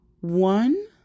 one